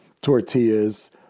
tortillas